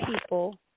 people